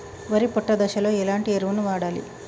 వరి పొట్ట దశలో ఎలాంటి ఎరువును వాడాలి?